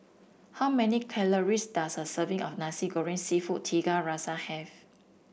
how many calories does a serving of Nasi Goreng seafood Tiga Rasa have